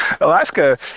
Alaska